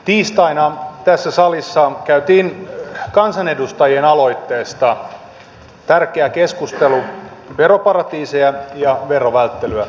tiistaina tässä salissa käytiin kansanedustajien aloitteesta tärkeä keskustelu veroparatiiseja ja verovälttelyä koskien